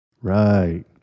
Right